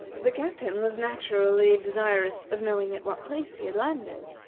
the captain was naturally desirous of knowing at what place he had landed,